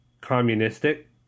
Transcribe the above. communistic